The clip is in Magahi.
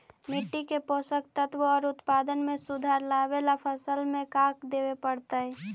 मिट्टी के पोषक तत्त्व और उत्पादन में सुधार लावे ला फसल में का देबे पड़तै तै?